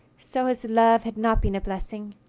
so his love had not been a blessing.